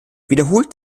wiederholt